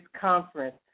conference